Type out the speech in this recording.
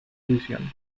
visión